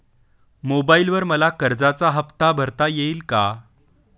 मोबाइलवर मला कर्जाचा हफ्ता भरता येईल का?